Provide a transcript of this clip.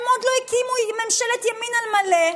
הם עוד לא הקימו ממשלת ימין על מלא,